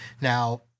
Now